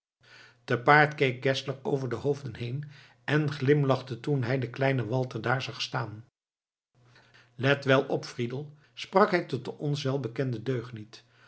te paard keek geszler over de hoofden heen en glimlachte toen hij den kleinen walter daar zag staan let wel op friedel sprak hij tot den ons welbekenden deugniet